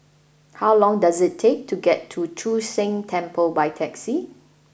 how long does it take to get to Chu Sheng Temple by taxi